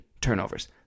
turnovers